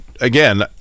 again